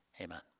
amen